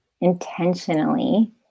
intentionally